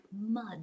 mud